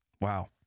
wow